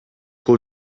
бул